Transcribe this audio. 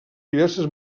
diverses